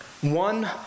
One